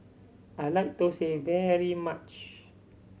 I like thosai very much